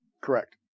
Correct